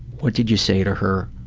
what did you say to her?